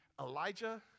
Elijah